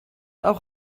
auch